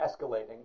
escalating